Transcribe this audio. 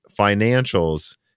financials